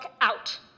out